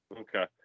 Okay